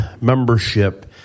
membership